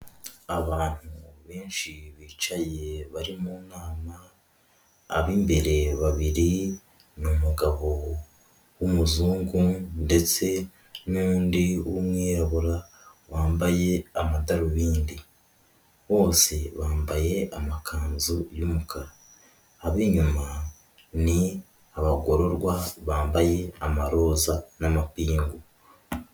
Abantu benshi bicaye bari mu nama, ab'imbere babiri n'umugabo w'umuzungu ndetse n'undi w'umwirabura wambaye amadarubindi, bose bambaye amakanzu y'umukara, ab'inyuma ni abagororwa bambaye amaroza n'amapingu.